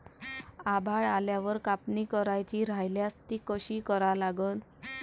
आभाळ आल्यावर कापनी करायची राह्यल्यास ती कशी करा लागन?